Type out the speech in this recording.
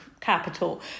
capital